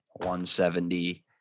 170